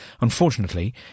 Unfortunately